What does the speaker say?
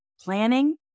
planning